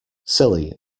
silly